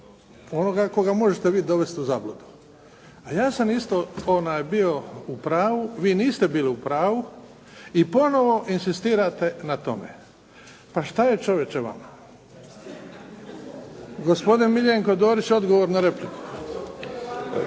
onoga koga možete vi dovesti u zabludu. A ja sam isto bio u pravu. Vi niste bili u pravu i ponovno inzistirate na tome. Pa što je čovječe vama? Gospodin Miljenko Dorić, odgovor na repliku.